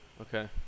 Okay